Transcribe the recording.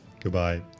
Goodbye